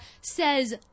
says